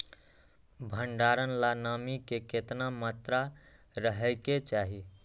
भंडारण ला नामी के केतना मात्रा राहेके चाही?